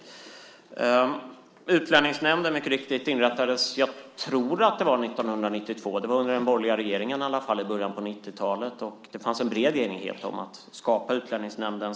Det fanns en bred enighet om att skapa Utlänningsnämnden, som jag tror inrättades 1992 eller i alla fall under den borgerliga regeringen i början av 1990-talet.